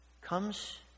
comes